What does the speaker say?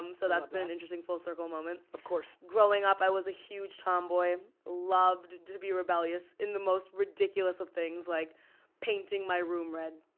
um so that's been an interesting full circle moment. of course. growing up i was a huge tomboy. loved to be rebellious in the most ridiculous of things like painting my room red.